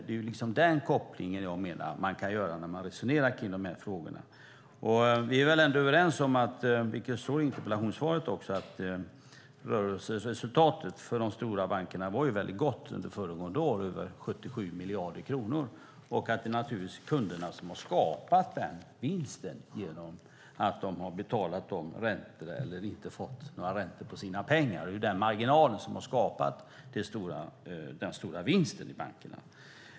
Det är den kopplingen jag menar att man kan göra när man resonerar kring de här frågorna. Vi är väl ändå överens om, vilket står i interpellationssvaret, att rörelseresultatet för de stora bankerna var väldigt gott under föregående år, över 77 miljarder kronor, och att det naturligtvis är kunderna som har skapat den vinsten genom att de har betalat räntor eller inte fått några räntor på sina pengar. Det är ju den marginalen som har skapat den stora vinsten i bankerna.